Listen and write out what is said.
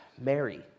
Mary